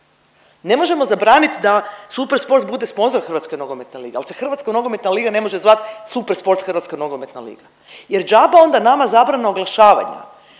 Ne možemo zabraniti da Super sport bude sponzor Hrvatske nogometne lige, ali se Hrvatska nogometna liga ne može zvati Super sport Hrvatska nogometna liga jer džaba ona nama zabrana oglašavanja